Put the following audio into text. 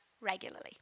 regularly